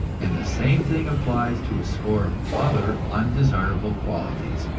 and the same thing applies to a score of other undesirable qualities,